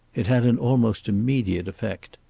it had an almost immediate effect.